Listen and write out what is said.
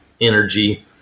energy